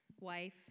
wife